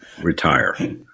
retire